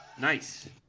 Nice